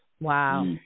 Wow